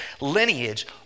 lineage